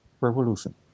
revolution